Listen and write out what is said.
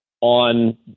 on